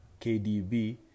KDB